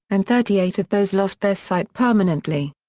and thirty eight of those lost their sight permanently.